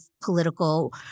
political